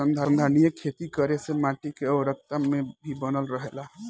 संधारनीय खेती करे से माटी के उर्वरकता भी बनल रहेला